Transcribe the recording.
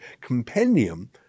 compendium